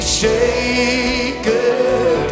shaken